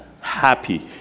happy